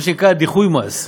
מה שנקרא דיחוי מס.